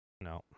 No